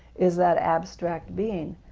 is that abstract being.